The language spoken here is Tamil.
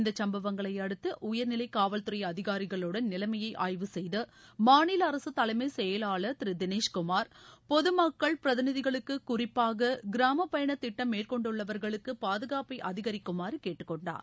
இந்த சம்பவங்களை அடுத்து உயர்நிலை காவல்துறை அதிகாரிகளுடன் நிலைமையை ஆய்வு செய்த மாநில அரசு தலைமைச் செயலாளர் திரு தினேஷ் குமார் பொது மக்கள் பிரதிநிதிகளுக்கு குறிப்பாக கிராம பயண திட்டம் மேற்கொண்டுள்ளவர்களுக்கு பாதுகாப்பை அதிகரிக்குமாறு கேட்டுக்கொண்டார்